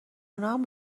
اونام